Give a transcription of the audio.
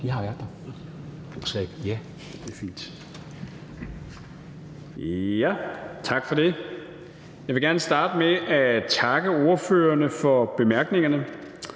Hummelgaard): Tak for det. Jeg vil gerne starte med at takke ordførerne for bemærkningerne.